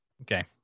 Okay